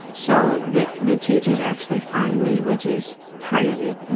so the the teachers actually find me, which is crazy.